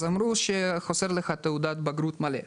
מסרו שזה הגלל שחסר תעודת בגרות מלאה,